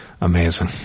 Amazing